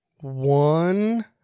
One